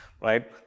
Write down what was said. right